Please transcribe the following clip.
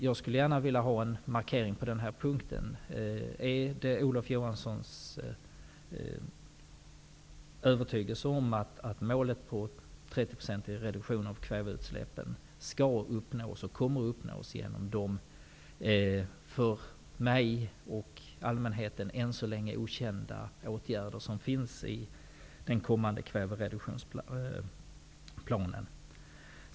Jag skulle gärna vilja ha en markering på den punkten: Är det Olof Johanssons övertygelse att målet om 30 % reduktion av kväveoxidutsläppen kommer att uppnås genom de för mig och allmänheten än så länge okända åtgärder som finns i den kommande kvävereduktionsplanen?